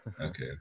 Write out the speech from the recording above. Okay